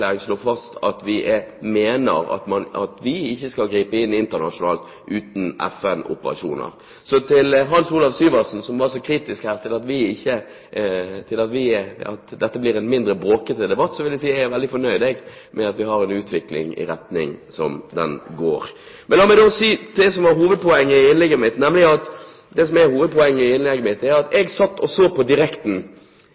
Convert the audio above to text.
som slår fast at vi ikke skal gripe inn internasjonalt uten FN-operasjoner. Til Hans Olav Syversen, som var så kritisk her med hensyn til at dette blir en mindre bråkete debatt, vil jeg si at jeg er veldig fornøyd med at vi har en utvikling som går i en slik retning. Men det som er hovedpoenget i innlegget mitt, er at